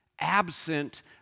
absent